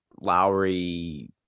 Lowry